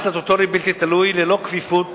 ללא כפיפות